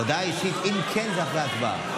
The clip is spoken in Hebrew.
הודעה אישית, אם כן, אחרי הצבעה.